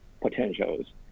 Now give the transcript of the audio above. potentials